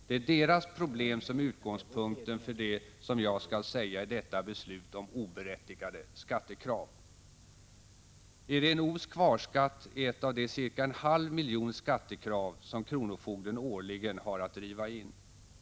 Det är deras problem som är utgångspunkten för det som jag skall säga i detta beslut om oberättigade skattekrav. Iréne O:s kvarskatt är ett av de ca en halv miljon skattekrav som kronofogden årligen har att driva in.